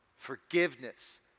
Forgiveness